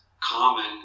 common